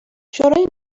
شورای